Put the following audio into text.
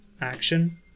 Action